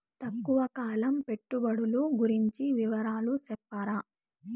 తక్కువ కాలం పెట్టుబడులు గురించి వివరాలు సెప్తారా?